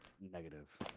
Negative